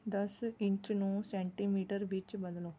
ਦਸ ਇੰਚ ਨੂੰ ਸੈਂਟੀਮੀਟਰ ਵਿੱਚ ਬਦਲੋ